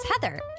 Heather